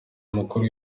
mukuru